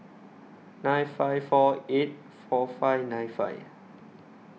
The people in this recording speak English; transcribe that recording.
nine five four eight four five nine five